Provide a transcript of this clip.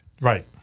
right